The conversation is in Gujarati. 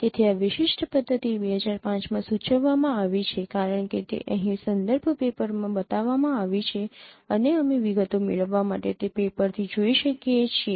તેથી આ વિશિષ્ટ પદ્ધતિ ૨૦૦૫ માં સૂચવવામાં આવી છે કારણ કે તે અહીં સંદર્ભ પેપર માં બતાવવામાં આવી છે અને અમે વિગતો મેળવવા માટે તે પેપરથી જોઈ શકીએ છીએ